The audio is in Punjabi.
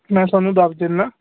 ਮੈਂ ਤੁਹਾਨੂੰ ਦੱਸ ਦਿੰਦਾ